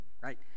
right